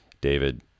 David